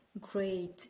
great